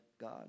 God